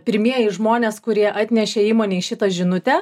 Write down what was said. pirmieji žmonės kurie atnešė įmonei šitą žinutę